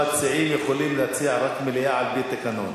המציעים יכולים להציע רק מליאה על-פי התקנון.